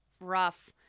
rough